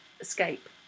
escape